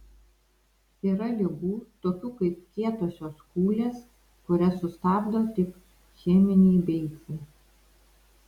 yra ligų tokių kaip kietosios kūlės kurias sustabdo tik cheminiai beicai